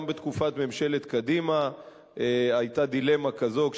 גם בתקופת ממשלת קדימה היתה דילמה כזאת,